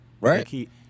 Right